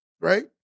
right